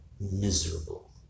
miserable